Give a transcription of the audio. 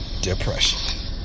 depression